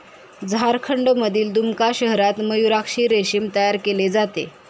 झारखंडमधील दुमका शहरात मयूराक्षी रेशीम तयार केले जाते